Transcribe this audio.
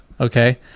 Okay